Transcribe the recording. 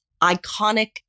iconic